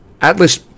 Atlas